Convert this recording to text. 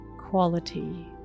quality